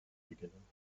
beginnen